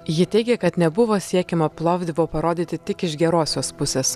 ji teigė kad nebuvo siekiama plovdivo parodyti tik iš gerosios pusės